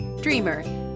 dreamer